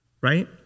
Right